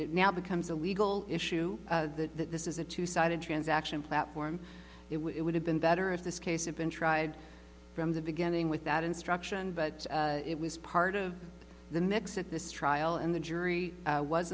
it now becomes a legal issue that this is a two sided transaction platform it would have been better if this case of been tried from the beginning with that instruction but it was part of the next at this trial and the jury was